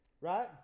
Right